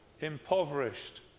impoverished